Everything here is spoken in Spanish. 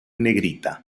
negrita